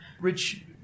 Rich